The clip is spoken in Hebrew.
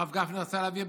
הרב גפני רצה להעביר,